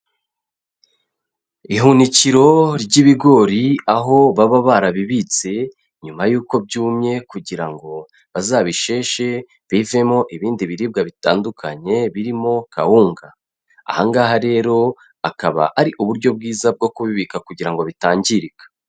Ihunikiro ry'ibigori aho baba barabibitse nyuma y'uko byumye kugira ngo bazabisheshe bivemo ibindi biribwa bitandukanye birimo kawunga, aha ngaha rero akaba ari uburyo bwiza bwo kubibika kugira ngo bitangirika.